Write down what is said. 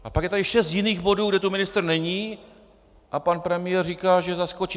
A pak je tady šest jiných bodů, kde tu ministr není, a pan premiér říká, že zaskočí.